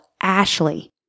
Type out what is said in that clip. Ashley